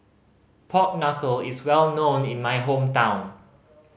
pork knuckle is well known in my hometown